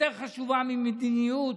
יותר חשובה ממדיניות,